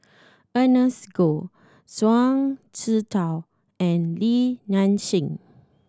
Ernest Goh Zhuang Shengtao and Li Nanxing